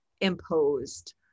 imposed